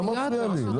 לא מפריע לי.